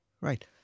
Right